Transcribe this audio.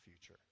future